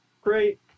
Great